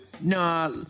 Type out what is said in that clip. Nah